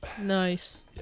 Nice